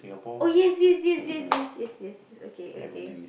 oh yes yes yes yes yes yes yes okay okay